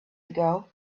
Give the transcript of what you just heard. ago